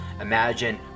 Imagine